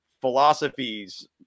philosophies